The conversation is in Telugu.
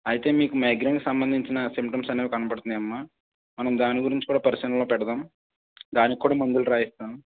అయితే మీకు మైగ్రైన్కు సంబంధించిన సింప్టమ్స్ అనేవి కనపడుతున్నాయమ్మా మనం దాని గురించి కూడా పరిశీలనలో పెడదాం దానికి కూడా మందులు రాయిస్తాను